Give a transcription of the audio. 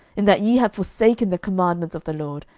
in that ye have forsaken the commandments of the lord,